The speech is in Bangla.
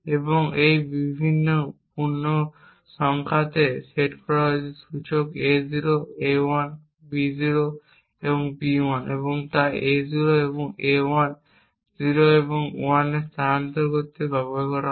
এবং এই বিভিন্ন পূর্ণসংখ্যাতে সেট করা হয়েছে সূচক A0 A1 B0 এবং B1 তাই A0 এবং A1 0 এবং 1 স্থানান্তর করতে ব্যবহৃত হয়